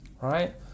right